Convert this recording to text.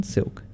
Silk